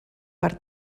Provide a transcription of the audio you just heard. per